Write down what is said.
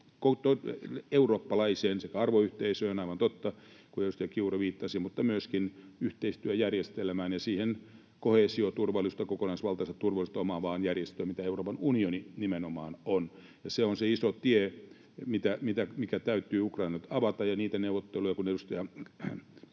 eurooppalaiseen sekä arvoyhteisöön, aivan totta, niin kuin edustaja Kiuru viittasi, että myöskin yhteistyöjärjestelmään ja siihen koheesioturvallisuutta ja kokonaisvaltaista turvallisuutta omaavaan järjestöön, mitä Euroopan unioni nimenomaan on. Se on se iso tie, mikä täytyy Ukrainalle nyt avata. Kun edustaja